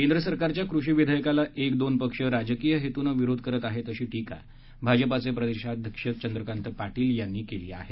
केंद्र सरकारच्या कृषी विधेयकाला एक दोन पक्ष राजकीय हेतूनं विरोध करत आहेत अशी टीका भाजपाचे प्रदेशाध्यक्ष चंद्रकांत पाटील यांनी केली आहे